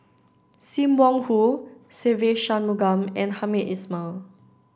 Sim Wong Hoo Se Ve Shanmugam and Hamed Ismail